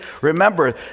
Remember